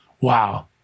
Wow